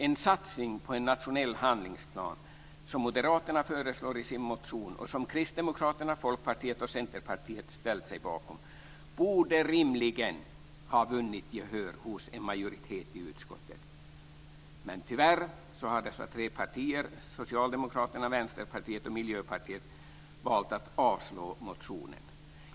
En satsning på en nationell handlingsplan, som Moderaterna föreslår i sin motion och som Kristdemokraterna, Folkpartiet och Centerpartiet har ställt sig bakom, borde rimligen ha vunnit gehör hos en majoritet i utskottet. Men tyvärr har Socialdemokraterna, Vänsterpartiet och Miljöpartiet valt att avslå motionen.